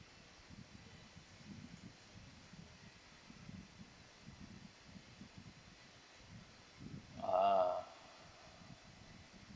uh